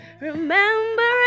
remembering